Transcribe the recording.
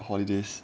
holidays